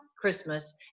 Christmas